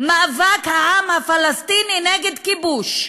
מאבק העם הפלסטיני נגד כיבוש?